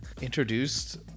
Introduced